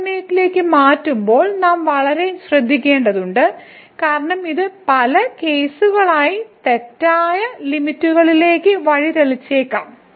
polar കോർഡിനേറ്റിലേക്ക് മാറുമ്പോൾ നാം വളരെ ശ്രദ്ധിക്കേണ്ടതുണ്ട് കാരണം ഇത് പല കേസുകളിലും തെറ്റായ ലിമിറ്റ്കളിലേക്ക് വഴിതെറ്റിച്ചേക്കാം